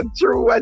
true